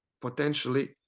potentially